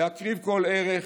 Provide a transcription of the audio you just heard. להקריב כל ערך,